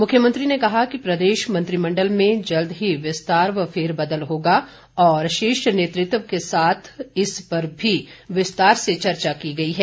मुख्यमंत्री ने कहा कि प्रदेश मंत्रिमण्डल में जल्द ही विस्तार व फेरबदल होगा और शीर्ष नेतृत्व के साथ इस पर भी विस्तार से चर्चा की गई है